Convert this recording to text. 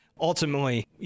ultimately